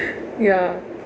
ya